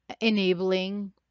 enabling